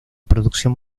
producción